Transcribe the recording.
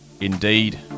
Indeed